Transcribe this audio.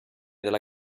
della